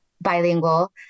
bilingual